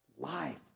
life